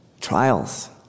Trials